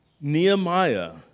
Nehemiah